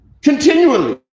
continually